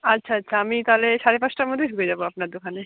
আচ্ছা আচ্ছা আমি তাহলে সাড়ে পাঁচটার মধ্যেই ঢুকে যাবো আপনার দোকানে